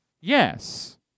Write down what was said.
Yes